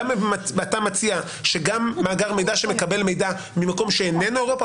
ואתה מציע שגם מאגר מידע שמקבל מידע ממקום שאיננו אירופה,